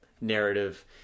narrative